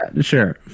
sure